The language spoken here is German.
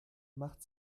macht